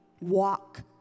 walk